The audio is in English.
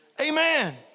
Amen